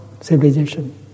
civilization